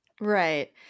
Right